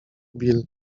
bill